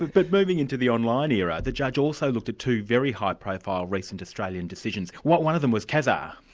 but moving into the online era, the judge also looked at two very high profile recent australian decisions. one of them was kazaa.